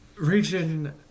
region